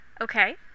Okay